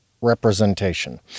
representation